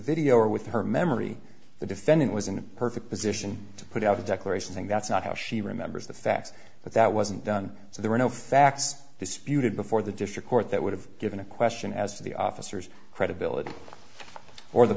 video or with her memory the defendant was in perfect position to put out a declaration saying that's not how she remembers the facts but that wasn't done so there were no facts this beauty before the district court that would have given a question as to the officers credibility or the